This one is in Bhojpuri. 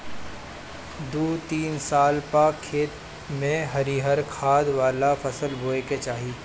दू तीन साल पअ खेत में हरिहर खाद वाला फसल बोए के चाही